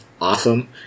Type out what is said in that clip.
awesome